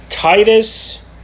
Titus